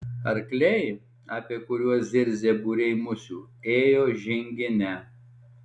arkliai apie kuriuos zirzė būriai musių ėjo žingine